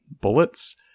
bullets